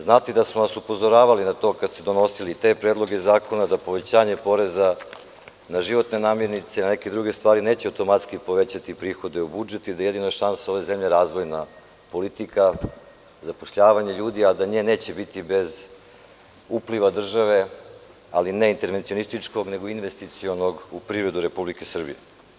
Znate i da smo vas upozoravali na to kada ste donosili te predloge zakona da povećanje poreza na životne namirnice i neke druge stvari neće automatski povećati prihode u budžetu i da je jedina šansa ove zemlje razvojna politika, zapošljavanje ljudi, ali nje neće biti bez upliva države, ali ne internacionističkog nego investicionog u privredu RS.